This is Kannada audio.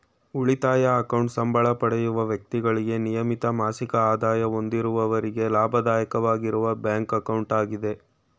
ಉಳಿತಾಯ ಅಕೌಂಟ್ ಸಂಬಳ ಪಡೆಯುವ ವ್ಯಕ್ತಿಗಳಿಗೆ ನಿಯಮಿತ ಮಾಸಿಕ ಆದಾಯ ಹೊಂದಿರುವವರಿಗೆ ಲಾಭದಾಯಕವಾಗಿರುವ ಬ್ಯಾಂಕ್ ಅಕೌಂಟ್ ಆಗಿದೆ